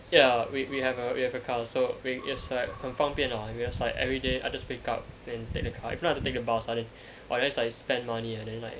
ya we we have a we have a car so it's like 很方便 ah then it's like everyday I just wake up then take the car if not I have to take the bus ah then unless I spend money and then like